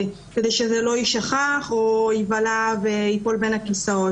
שאת לא תחווי את התחושות שאת חשה.